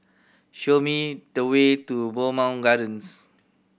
show me the way to Bowmont Gardens